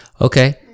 okay